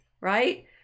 right